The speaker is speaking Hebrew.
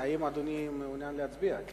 האם אדוני מעוניין להצביע?